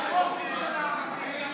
הם הרפורמים שלכם.